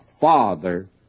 father